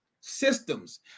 systems